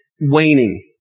waning